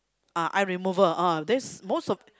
ah eye remover ah this most of